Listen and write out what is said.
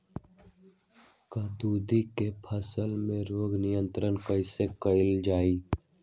कददु की फसल में रोग नियंत्रण कैसे किया जाए?